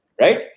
right